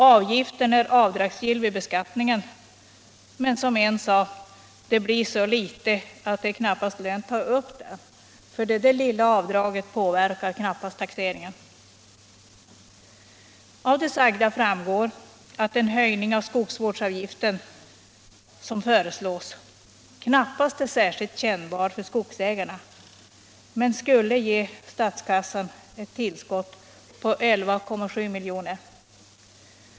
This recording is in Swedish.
Avgiften är avdragsgill vid beskattningen, men som en sade: ”Det blir så litet att det knappast är lönt att ta upp det, för det lilla avdraget påverkar knappast taxeringen.” Av det sagda framgår att den höjning av skogsvårdsavgiften som föreslås knappast är särskilt kännbar för skogsägarna, men skulle ge statskassan ett tillskott på 11,7 miljoner.